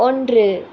ஒன்று